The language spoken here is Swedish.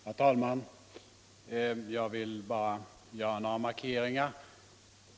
Herr talman! Jag vill bara göra några markeringar.